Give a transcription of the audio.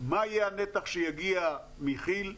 מה יהיה הנתח שיגיע מכי"ל?